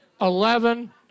eleven